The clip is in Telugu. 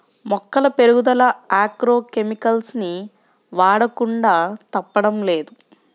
మొక్కల పెరుగుదల ఆగ్రో కెమికల్స్ ని వాడకుండా తప్పడం లేదు